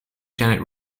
janet